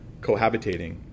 cohabitating